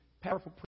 Powerful